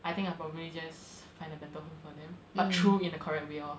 I think I'll probably just find a better home for them but through in the correct way lor